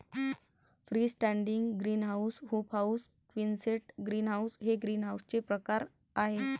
free standing greenhouse, hoop house, Quonset greenhouse हे ग्रीनहाऊसचे प्रकार आहे